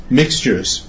mixtures